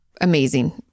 amazing